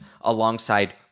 alongside